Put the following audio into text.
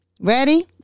Ready